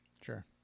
Sure